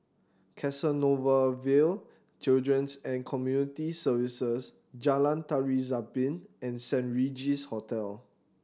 Canossaville Children's and Community Services Jalan Tari Zapin and Saint Regis Hotel